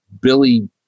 Billy